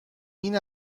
این